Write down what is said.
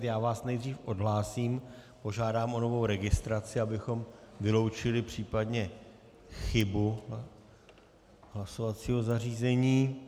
Já vás nejdřív odhlásím, požádám o novou registraci, abychom vyloučili případně chybu hlasovacího zařízení.